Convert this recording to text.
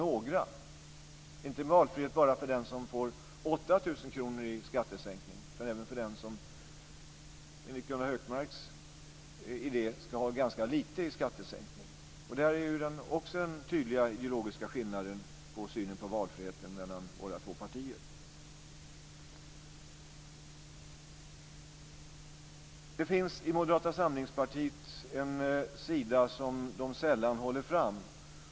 Det är inte bara valfrihet för den som får 8 000 kr i skattesänkning utan även för den som, enligt Gunnar Hökmarks idé, ska ha ganska lite i skattesänkning. Där finns också tydliga ideologiska skillnader mellan våra två partier i synen på valfrihet. I Moderata samlingspartiets politik finns en sida som man sällan håller fram.